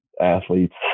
athletes